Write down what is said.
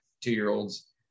two-year-olds